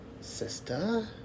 sister